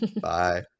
Bye